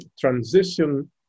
transition